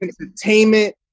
entertainment